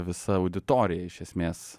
visa auditorija iš esmės